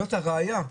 זאת הראיה,